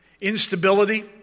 instability